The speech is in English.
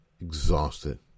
exhausted